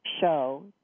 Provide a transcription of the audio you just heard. show